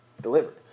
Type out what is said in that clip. delivered